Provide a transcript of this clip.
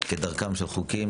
כדרכם של חוקים